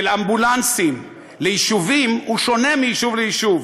אמבולנסים ליישובים שונה מיישוב ליישוב.